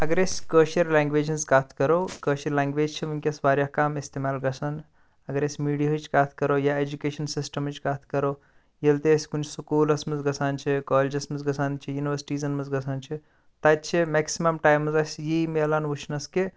اگر أسۍ کٲشر لینٛگویج ہٕنٛز کَتھ کَرو کٲشر لینٛگویج چھِ وٕنٛکیٚس واریاہ کَم اِستعمال گَژھان اگر أسۍ میٖڈیہٕچ کتھ کَرو یا ایٚجُکیشَن سِسٹَمٕچ کتھ کرو ییٚلہِ تہِ أسۍ کُنہِ سکوٗلَس مَنٛز گَژھان چھِ کالجَس مَنٛز گَژھان چھِ یُنورسٹیٖزَن مَنٛز گَژھان چھِ تَتہِ چھِ میٚکسِمَم ٹایمٕز اَسہِ یی مِلان وٕچھنَس کہِ